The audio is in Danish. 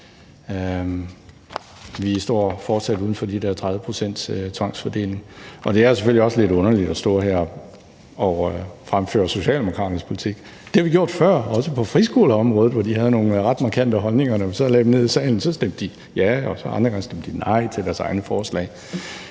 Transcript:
Vi står fortsat uden for de der 30 pct. tvangsfordeling, og det er jo selvfølgelig også lidt underligt at stå her og fremføre Socialdemokraternes politik. Det har vi gjort før, også på friskoleområdet, hvor de havde nogle ret markante holdninger. Når vi så lagde dem ned i salen, stemte de ja og andre gange nej til deres egne forslag.